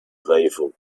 playful